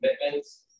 commitments